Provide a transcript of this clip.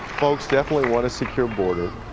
folks definitely want a secure border.